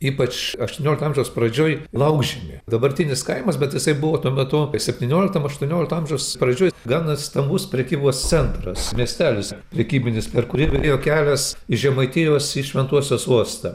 ypač aštuoniolikto amžiaus pradžioj laukžemė dabartinis kaimas bet jisai buvo tuo metu septyniolikam aštuoniolikto amžiaus pradžioj gana stambus prekybos centras miestelis prekybinis per kurį ėjo kelias iš žemaitijos į šventosios uostą